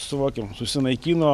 suvokėm susinaikino